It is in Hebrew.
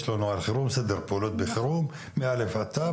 סדר פעולות בחירום מא' עד ת',